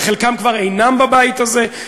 שחלקם כבר אינם בבית הזה,